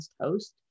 host